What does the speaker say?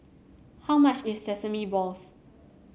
how much is Sesame Balls